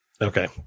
Okay